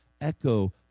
echo